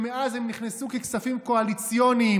ומאז הם נכנסים ככספים קואליציוניים,